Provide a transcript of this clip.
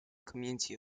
community